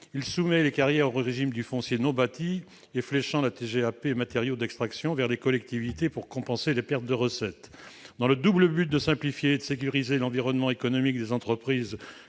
à soumettre les carrières au régime du foncier non bâti et flèche la TGAP matériaux d'extraction vers les collectivités afin de compenser les pertes de recettes. Dans le double objectif de simplifier et sécuriser l'environnement économique des entreprises